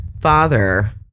father